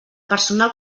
personal